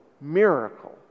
miracle